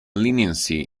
leniency